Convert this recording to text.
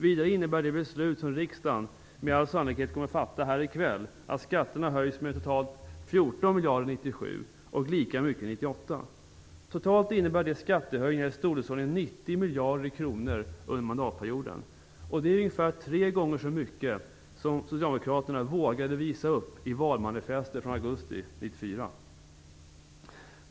Vidare innebär de beslut som riksdagen med all sannolikhet kommer att fatta här i kväll att skatterna höjs med totalt 14 miljarder 1997 och lika mycket 1998. Totalt innebär det skattehöjningar i storleksordningen 90 miljarder kronor under mandatperioden. Det är ungefär tre gånger så mycket som Socialdemokraterna vågade visa upp i valmanifestet från augusti 1994.